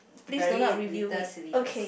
very little syllables